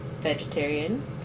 vegetarian